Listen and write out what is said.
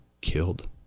killed